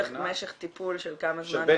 משך טיפול של כמה זמן בממוצע?